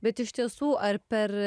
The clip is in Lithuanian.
bet iš tiesų ar per